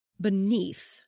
beneath